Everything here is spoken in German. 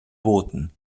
boten